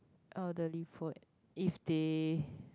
oh the if they